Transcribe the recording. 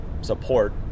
support